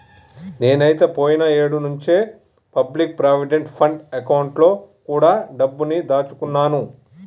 నేనైతే పోయిన ఏడు నుంచే పబ్లిక్ ప్రావిడెంట్ ఫండ్ అకౌంట్ లో కూడా డబ్బుని దాచుకున్నాను